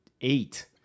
eight